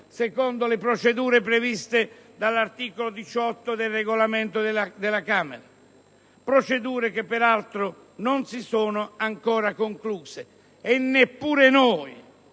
secondo la procedure previste dall'articolo 18 del Regolamento della Camera, procedure che peraltro non si sono ancora concluse. Neppure noi